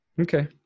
Okay